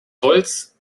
holz